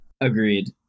agreed